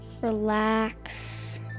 Relax